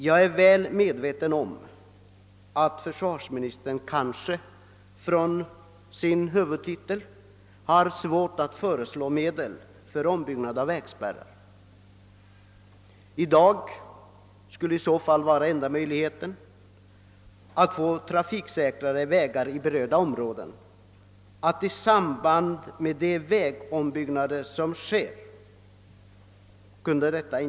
Jag är väl medveten om att försvarsministern har svårt att på sin huvudtitel föreslå anslag för ombyggnader av vägspärrar. Enda möjligheten att få trafiksäkrare vägar inom ifrågavarande områden är då att genomföra sådana åtgärder i samband med de vägombyggnader som görs.